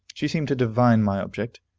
she seemed to divine my object,